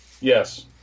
Yes